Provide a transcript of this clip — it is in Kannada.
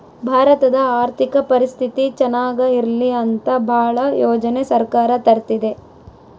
ಭಾರತದ ಆರ್ಥಿಕ ಪರಿಸ್ಥಿತಿ ಚನಾಗ ಇರ್ಲಿ ಅಂತ ಭಾಳ ಯೋಜನೆ ಸರ್ಕಾರ ತರ್ತಿದೆ